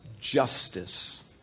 justice